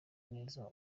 neza